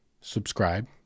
subscribe